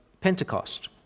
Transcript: Pentecost